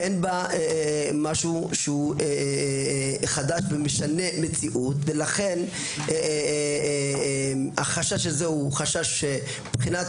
אין בה משהו שהוא חדש ומשנה מציאות ולכן החשש הזה הוא חשש מבחינת